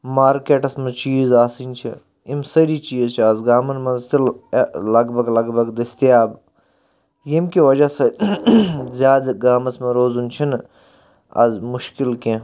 مارکیٹَس منٛز چیٖز آسٕنۍ چھِ یِم سٲری چیٖز چھِ اَز گامَن منٛز تہِ لگ بگ لگ بگ دٔستِیاب ییٚمہِ کہِ وَجہ سۭتۍ زیادٕ گامَس منٛز روزُن چھُنہٕ اَز مُشکِل کینٛہہ